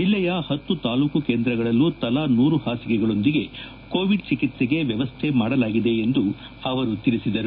ಜಿಲ್ಲೆಯ ಪತ್ತು ತಾಲೂಕು ಕೇಂದ್ರಗಳಲ್ಲೂ ತಲಾ ನೂರು ಹಾಸಿಗೆಗಳೊಂದಿಗೆ ಕೋವಿಡ್ ಚಿಕಿತ್ಸೆಗೆ ವ್ಯವಸ್ಥೆ ಮಾಡಲಾಗಿದೆ ಎಂದು ಅವರು ತಿಳಿಸಿದ್ದಾರೆ